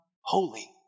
holy